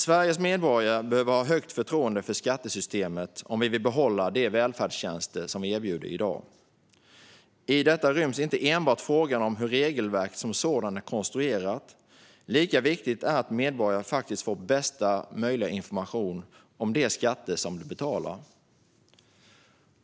Sveriges medborgare behöver ha ett högt förtroende för skattesystemet om vi vill behålla de välfärdstjänster som vi erbjuder i dag. I detta ryms inte enbart frågan om hur regelverket som sådant är konstruerat. Lika viktigt är att medborgare faktiskt får bästa möjliga information om de skatter som de betalar.